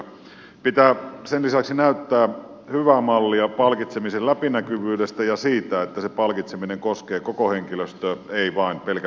sen pitää lisäksi näyttää hyvää mallia palkitsemisen läpinäkyvyydestä ja siitä että se palkitseminen koskee koko henkilöstä ei pelkästään johtoa